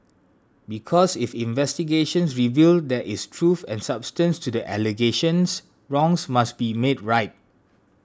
because if investigations reveal there is truth and substance to the allegations wrongs must be made right